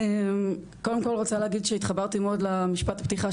רוצה להגיש שהתחברתי מאוד למשפט הפתיחה